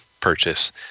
purchase